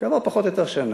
כעבור פחות או יותר שנה,